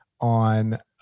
on